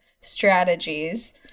strategies